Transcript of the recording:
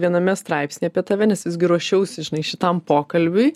viename straipsnyje apie tave nes visgi ruošiausi žinai šitam pokalbiui